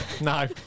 no